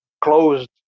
closed